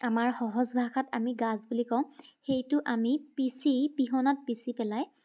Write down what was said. আমাৰ সহজ ভাষাত আমি গাজ বুলি কওঁ সেইটো আমি পিছি পিহনাত পিছি পেলাই